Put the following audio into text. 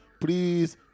please